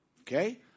Okay